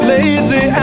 Lazy